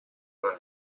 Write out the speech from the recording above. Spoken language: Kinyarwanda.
abana